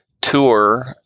tour